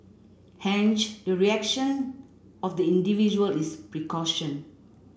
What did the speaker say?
hence the reaction of the individual is precaution